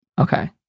Okay